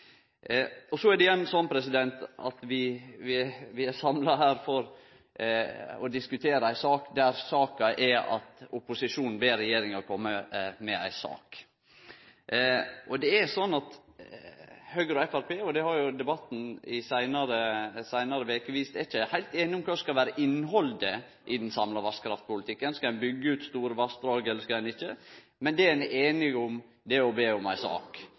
er at opposisjonen ber regjeringa om å kome med ei sak. Det er sånn at Høgre og Framstegspartiet – og det har jo debatten i seinare veker vist – ikkje er heilt einige om kva som skal vere innhaldet i den samla vasskraftpolitikken. Skal ein byggje ut store vassdrag, eller skal ein ikkje? Men det ein er einige om, er å be om ei sak.